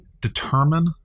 determine